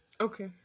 Okay